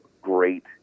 great